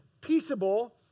peaceable